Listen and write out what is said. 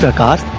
god